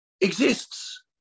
exists